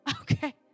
Okay